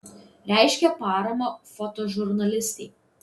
reiškė paramą fotožurnalistei